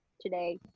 today